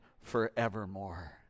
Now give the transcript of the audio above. forevermore